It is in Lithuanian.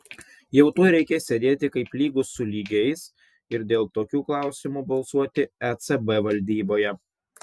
jau tuoj reikės sėdėti kaip lygūs su lygiais ir dėl tokių klausimų balsuoti ecb valdyboje